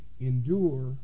Endure